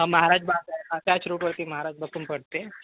महाराजबाग आहे त्याचं रूटवरती महाराजबाग पण पडते